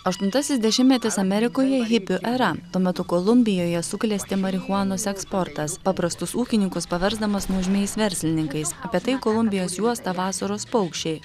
aštuntasis dešimtmetis amerikoje hipių era tuo metu kolumbijoje suklesti marihuanos eksportas paprastus ūkininkus paversdamas nuožmiais verslininkais apie tai kolumbijos juosta vasaros paukščiai